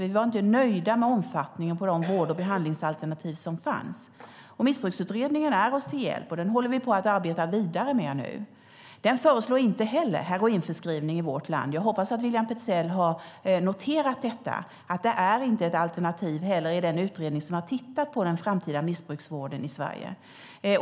Vi var inte nöjda med omfattningen på de vård och behandlingsalternativ som fanns. Missbruksutredningen är oss till hjälp, och vi håller på att arbeta vidare med den nu. Inte heller den föreslår heroinförskrivning i vårt land. Jag hoppas att William Petzäll har noterat detta; det är inte heller ett alternativ i den utredning som har tittat på den framtida missbrukarvården i Sverige.